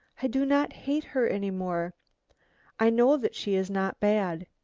i do not hate her any more i know that she is not bad.